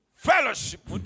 Fellowship